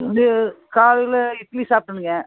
இது காலையில் இட்லி சாப்பிட்டேனுங்க